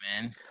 man